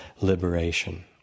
liberation